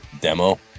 demo